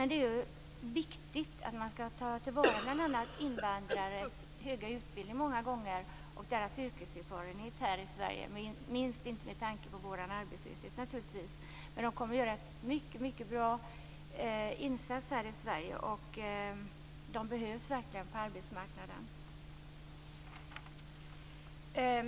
Det är viktigt att ta till vara invandrares många gånger höga utbildning och deras yrkeserfarenhet här i Sverige, inte minst med tanke på vår höga arbetslöshet naturligtvis. De kommer att göra en mycket bra insats här i Sverige, och de behövs verkligen på arbetsmarknaden. Fru talman!